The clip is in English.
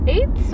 Eight